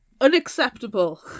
unacceptable